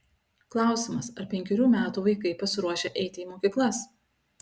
klausimas ar penkerių metų vaikai pasiruošę eiti į mokyklas